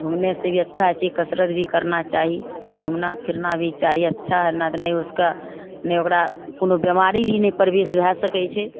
घुमने से भी अच्छा चीज कसरत भी करना चाही घुमना फिरना भी चाही अच्छा हेना तऽ नहि उसका नहि ओकरा कोनो बीमारी भी नहि प्रवेश भए सकय छै